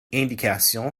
indication